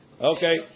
Okay